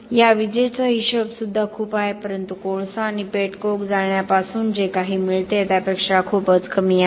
या वीजेचा हिशोब सुद्धा खूप आहे परंतु कोळसा किंवा पेट कोक जाळण्यापासून जे काही मिळते त्यापेक्षा खूपच कमी आहे